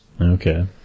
Okay